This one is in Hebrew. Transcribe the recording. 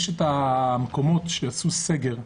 יש את המקומות שעשו סגר,